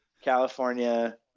California